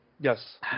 Yes